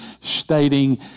stating